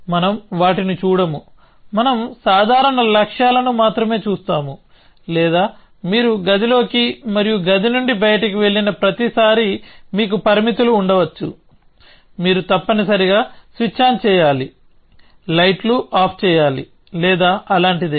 మనం వాటిని చూడము మనం సాధారణ లక్ష్యాలను మాత్రమే చేస్తాము లేదా మీరు గదిలోకి మరియు గది నుండి బయటికి వెళ్లిన ప్రతిసారీ మీకు పరిమితులు ఉండవచ్చు మీరు తప్పనిసరిగా స్విచ్ ఆన్ చేయాలి లైట్లు ఆఫ్ చేయాలి లేదా అలాంటిదే